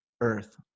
Earth